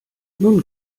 nun